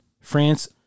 France